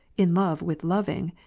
in love with loving,